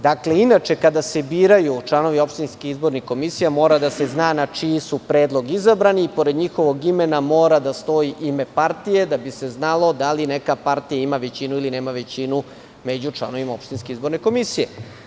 Dakle, inače kada se biraju članovi opštinskih izbornih komisija, mora da se zna na čiji su predlog izabrani i pored njihovog imena mora da stoji ime partije, da bi se znalo da li neka partija ima većinu, ili nema većinu među članovima opštinske izborne komisije.